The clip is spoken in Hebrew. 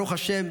ברוך השם,